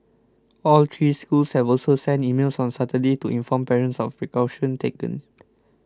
all three schools have also sent emails on Saturday to inform parents of precautions taken